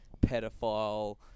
pedophile